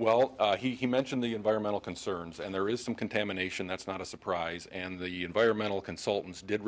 well he mentioned the environmental concerns and there is some contamination that's not a surprise and the environmental consultants did